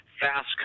Fast